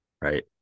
right